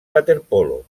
waterpolo